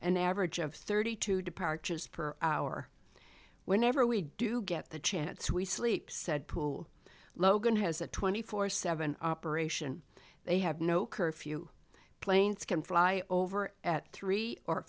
an average of thirty two departures per hour whenever we do get the chance we sleep said poole logan has a twenty four seven operation they have no curfew planes can fly over at three or